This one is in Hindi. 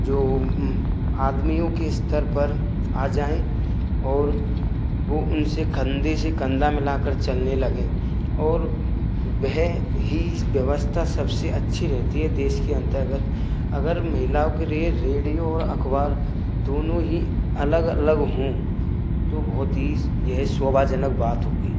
जो आदमियों के स्तर पर आ जाएँ और वह उनसे कंधे से कंधा मिला कर चलने लगें और वह ही इस व्यवस्था सबसे अच्छी रहती है देश के अंतर्गत अगर महिलाओं के लिए रेडियो और अखबार दोनों ही अलग अलग हों तो बहुत ही इस यह शोभाजनक बात होगी